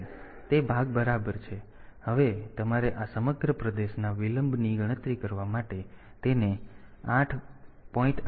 તેથી તે ભાગ બરાબર છે પરંતુ હવે તમારે આ સમગ્ર પ્રદેશના વિલંબની ગણતરી કરવા માટે તેને 0